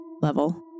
level